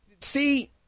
See